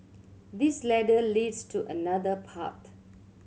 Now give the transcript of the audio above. this ladder leads to another path